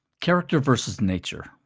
character vs. nature.